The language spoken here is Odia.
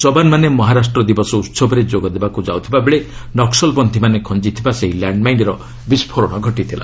ଯବାନମାନେ ମହାରାଷ୍ଟ୍ର ଦିବସ ଉତ୍ସବରେ ଯୋଗ ଦେବାକୁ ଯାଉଥିବାବେଳେ ନକ୍ୱଲ୍ପନ୍ଥୀମାନେ ଖଞ୍ଜିଥିବା ସେହି ଲ୍ୟାଣ୍ଡ୍ମାଇନ୍ର ବିସ୍କୋରଣ ଘଟିଥିଲା